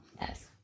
Yes